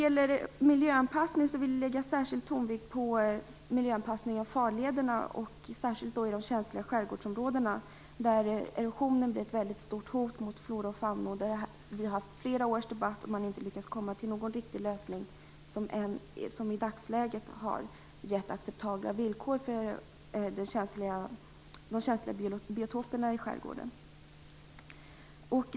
Vi vill lägga särskild tonvikt på miljöanpassning av farlederna, särskilt i de känsliga skärgårdsområdena, där erosionen blir ett väldigt stort hot mot flora och fauna. Vi har debatterat denna fråga i flera år utan att lyckas komma till någon riktig lösning som givit acceptabla villkor för de känsliga biotoperna i skärgården.